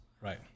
Right